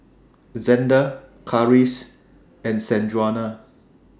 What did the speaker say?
Xander Karis and Sanjuana